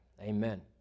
Amen